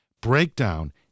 Breakdown